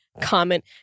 comment